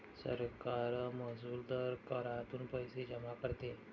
सरकार महसुली दर करातून पैसे जमा करते